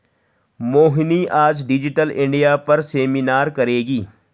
मोहिनी आज digital India पर seminar करेगी